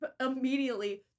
immediately